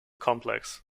complex